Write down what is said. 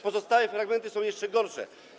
Pozostałe fragmenty są jeszcze gorsze.